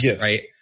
right